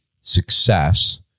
success